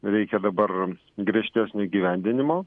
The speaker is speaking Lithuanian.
reikia dabar griežtesnio įgyvendinimo